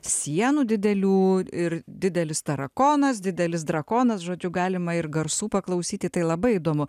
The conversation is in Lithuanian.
sienų didelių ir didelis tarakonas didelis drakonas žodžiu galima ir garsų paklausyti tai labai įdomu